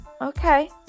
Okay